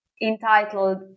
entitled